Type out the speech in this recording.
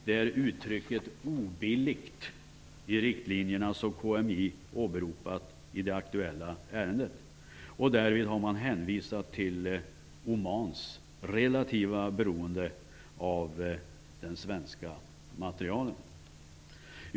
Det är uttrycket "obilligt" i riktlinjerna som KMI åberopat i det aktuella ärendet. Därvid har man hänvisat till Omans relativa beroende av den svenska materielen.